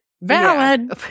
Valid